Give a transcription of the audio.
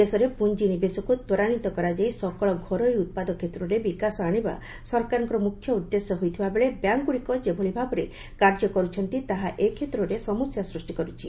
ଦେଶରେ ପୁଞ୍ଜି ନିବେଶକୁ ତ୍ୱରାନ୍ଧିତ କରାଯାଇ ସକଳ ଘରୋଇ ଉତ୍ପାଦ କ୍ଷେତ୍ରରେ ବିକାଶ ଆଣିବା ସରକାରଙ୍କର ମୁଖ୍ୟ ଉଦ୍ଦେଶ୍ୟ ହୋଇଥିଲାବେଳେ ବ୍ୟାଙ୍କଗୁଡ଼ିକ ଯେଭଳି ଭାବରେ କାର୍ଯ୍ୟ କରୁଛନ୍ତି ତାହା ଏ କ୍ଷେତ୍ରରେ ସମସ୍ୟା ସୃଷ୍ଟି କରୁଛି